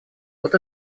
вот